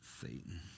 Satan